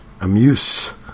Amuse